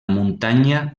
muntanya